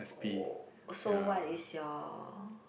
oh so what is your